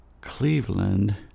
Cleveland